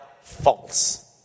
false